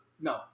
No